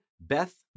Beth